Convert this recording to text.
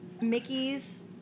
Mickey's